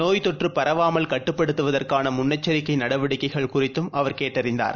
நோய் தொற்றுபரவாமல் கட்டுப்படுத்துவதற்கானமுன்னெச்சரிக்கைநடவடிக்கைகள் குறித்தும் அவர் கேட்டறிந்தார்